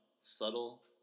Subtle